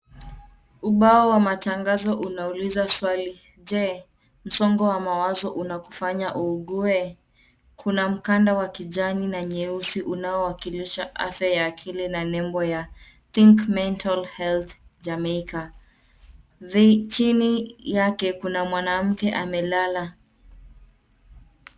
Ubao wa matangazo unauliza swali je, msongo wa mawazo unakufanya uugue? Kuna mkanda wa kijani na nyeusi unaowakilisha afya ya akili na nembo ya Think Mental Health Jamaica. Chini yake kuna mwanamke amelala.